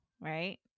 right